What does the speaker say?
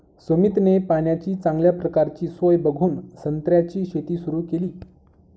सुमितने पाण्याची चांगल्या प्रकारची सोय बघून संत्र्याची शेती सुरु केली